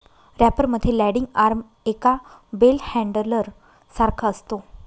wrapper मध्ये landing arm एका bell handler सारखा असतो